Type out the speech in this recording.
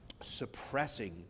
suppressing